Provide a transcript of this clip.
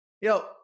Yo